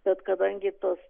bet kadangi tos